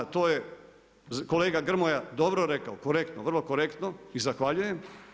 To je kolega Grmoja dobro rekao, korektno, vrlo korektno i zahvaljujem.